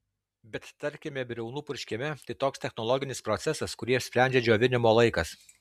bet tarkime briaunų purškime tai toks technologinis procesas kurį apsprendžia džiovinimo laikas